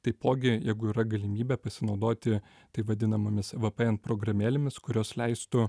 taipogi jeigu yra galimybė pasinaudoti taip vadinamomis vpn programėlėmis kurios leistų